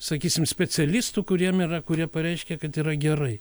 sakysim specialistų kuriem yra kurie pareiškė kad yra gerai